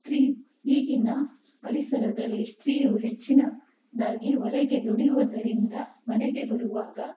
ಸ್ತ್ರೀ ಈಗಿನ ಪರಿಸರದಲ್ಲಿ ಸ್ತ್ರೀಯು ಹೆಚ್ಚಿನದಾಗಿ ಹೊರಗೆ ದುಡಿಯುವುದರಿಂದ ಮನೆಗೆ ಬರುವಾಗ